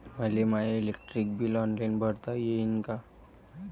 मले my electric bill online भरता येईन का?